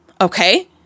Okay